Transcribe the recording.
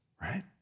right